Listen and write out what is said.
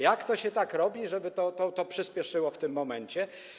Jak to się robi, żeby to przyspieszyło w tym momencie?